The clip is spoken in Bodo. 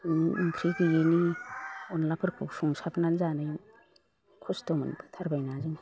ओंख्रि गैयिनि अनद्लाफोरखौ संसाबनानै जानायमोन खस्थ' मोनबोथारबायना जों